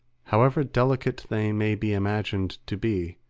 however delicate they may be imagined to be,